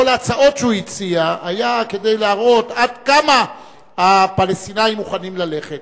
כל ההצעות שהוא הציע היו כדי להראות עד כמה הפלסטינים מוכנים ללכת.